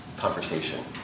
conversation